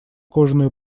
кожаную